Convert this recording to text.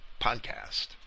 podcast